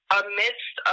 amidst